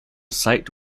site